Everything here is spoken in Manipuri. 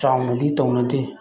ꯆꯥꯎꯅꯗꯤ ꯇꯧꯅꯗꯦ